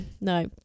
no